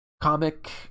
comic